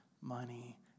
money